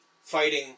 fighting